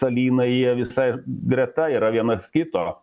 salynai jie visai greta yra vienas kito